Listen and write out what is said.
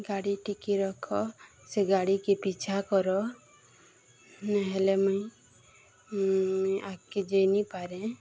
ଗାଡ଼ି ଟିକି ରଖ ସେ ଗାଡ଼ିକେ ପିଛା କର ନ ହେଲେ ମୁଇଁ ମୁଇଁ ଆଗ୍କେ ଯେଇ ନି ପାରେ